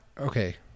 okay